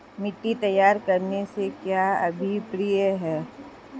मिट्टी तैयार करने से क्या अभिप्राय है?